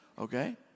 Okay